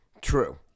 True